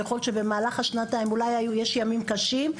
יכול להיות שבמהלך השנתיים יש ימים קשים,